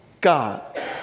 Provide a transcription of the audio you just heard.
God